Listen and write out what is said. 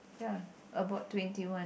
ya about twenty one